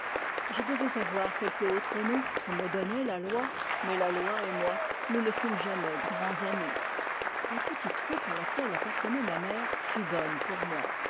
je devais avoir quelque autre nom que me donnait la loi mais la loi et moi nous ne fûmes jamais grands amis la petite troupe à laquelle appartenait ma mère fut bonne pour moi